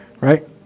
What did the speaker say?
right